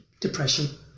depression